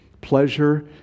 pleasure